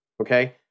okay